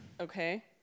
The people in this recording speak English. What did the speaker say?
Okay